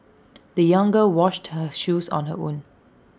the young girl washed her shoes on her own